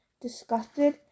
disgusted